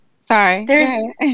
Sorry